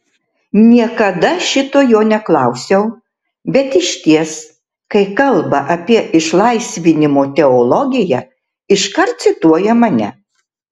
niekada šito jo neklausiau bet išties kai kalba apie išlaisvinimo teologiją iškart cituoja mane